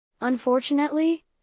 Unfortunately